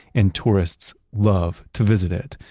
and tourists love to visit it.